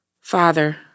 Father